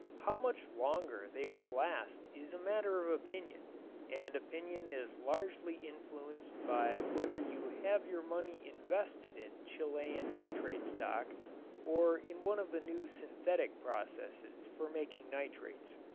how much longer they will last is a matter of opinion and opinion is largely influenced by whether you have your money invested in chilean nitrate stock or in one of the new synthetic processes for making nitrates.